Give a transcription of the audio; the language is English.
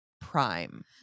Prime